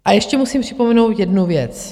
A ještě musím vzpomenout jednu věc.